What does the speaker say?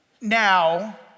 now